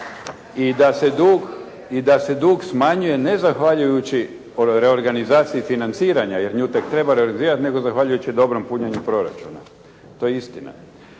I da se dug smanjuje ne zahvaljujući reogranizaciji financiranja, jer nju tek treba reogranizirati, nego zahvaljujući dobrom punjenju proračuna. To je istina.